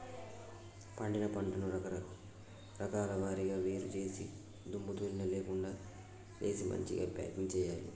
పండిన పంటను రకాల వారీగా వేరు చేసి దుమ్ము ధూళి లేకుండా చేసి మంచిగ ప్యాకింగ్ చేయాలి